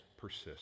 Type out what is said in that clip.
persist